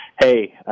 hey